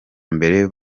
mbere